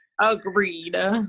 agreed